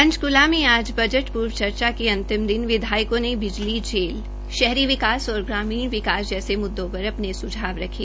पंचकूला में आज बजट पूर्व चर्चा के अंतिम दिन विधायकों ने बिजली जेल शहरी विकास और ग्रामीण जैसे मुद्दो पर अपने सुझाव रखे